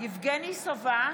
יבגני סובה,